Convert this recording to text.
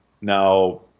Now